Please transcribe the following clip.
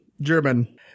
German